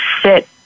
sit